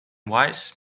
wise